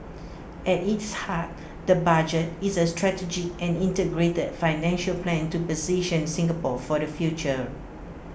at its heart the budget is A strategic and integrated financial plan to position Singapore for the future